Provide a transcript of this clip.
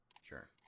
Sure